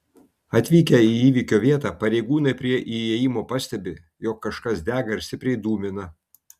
atvykę į įvykio vietą pareigūnai prie įėjimo pastebi jog kažkas dega ir stipriai dūmina